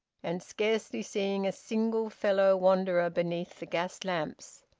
and scarcely seeing a single fellow-wanderer beneath the gas-lamps.